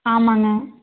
ஆமாங்க